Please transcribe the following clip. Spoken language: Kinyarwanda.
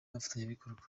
n’abafatanyabikorwa